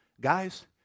Guys